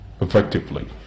effectively